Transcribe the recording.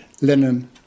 linen